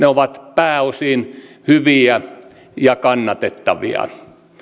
ovat pääosin hyviä ja kannatettavia